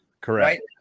correct